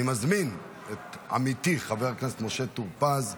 התשפ"ד 2024,